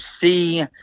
see